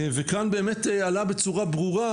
וכאן באמת עלה בצורה ברורה